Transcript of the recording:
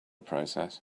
process